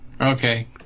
okay